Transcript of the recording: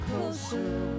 closer